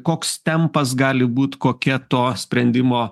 koks tempas gali būt kokia to sprendimo